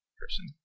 person